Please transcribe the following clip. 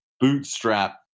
bootstrap